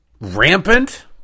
rampant